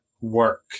work